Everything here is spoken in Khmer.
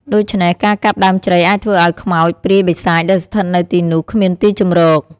ដូច្នេះ ការកាប់ដើមជ្រៃអាចធ្វើឱ្យខ្មោចព្រាយបិសាចដែលស្ថិតនៅទីនោះគ្មានទីជម្រក។